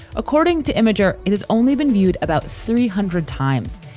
according to imager, it has only been viewed about three hundred times.